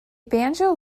banjo